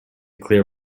clear